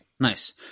Nice